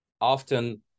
Often